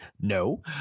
no